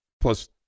plus